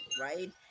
right